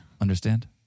Understand